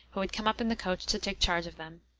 who had come up in the coach to take charge of them,